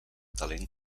talent